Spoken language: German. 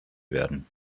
werden